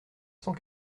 cent